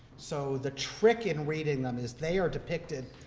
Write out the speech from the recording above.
so the trick in reading them is they are depicted,